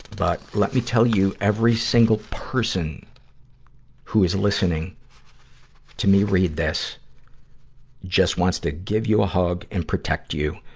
but, let me tell you, every single person who is listening to me read this just wants to give you a hug and protect you.